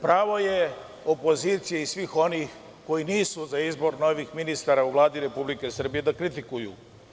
Pravo je opozicije i svih onih koji nisu za izbor novih ministara u Vladi Republike Srbije da kritikuju.